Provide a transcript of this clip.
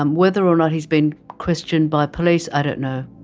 um whether or not he's been questioned by police, i don't know.